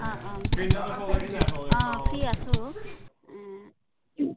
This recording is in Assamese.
অঁ অঁ অঁ ফ্ৰী আছোঁ